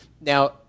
Now